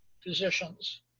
physicians